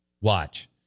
watch